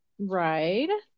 Right